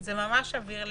זה ממש אוויר לנשימה.